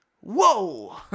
Whoa